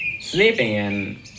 sleeping